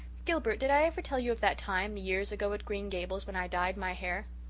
gilbert, did i ever tell you of that time, years ago at green gables, when i dyed my hair?